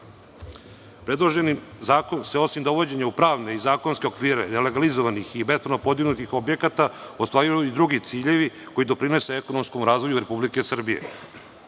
zakon. Predloženi zakon se osim dovođenja u pravne i zakonske okvire, legalizovanih i bespravno podignutih objekata ostvaruju i drugi ciljevi, koji doprinose ekonomskom razvoju Republike